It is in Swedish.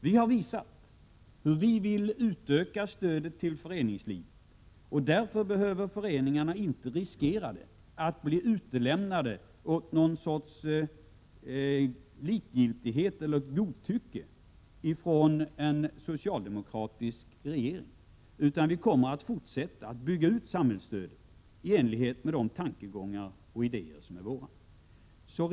Vi har visat hur vi vill utöka stödet till föreningslivet, och därför behöver föreningar: naiinte riskera att bli utlämnade åt någon sorts likgiltighet eller godtycke från en socialdemokratisk regering, utan vi kommer att fortsätta att bygga ut samhällsstödet i enlighet med de tankegångar och idéer som är våra.